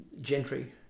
gentry